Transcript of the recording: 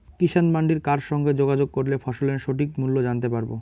কিষান মান্ডির কার সঙ্গে যোগাযোগ করলে ফসলের সঠিক মূল্য জানতে পারবো?